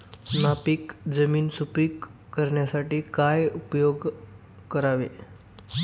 नापीक जमीन सुपीक करण्यासाठी काय उपयोग करावे?